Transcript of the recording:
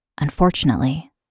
Unfortunately